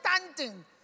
understanding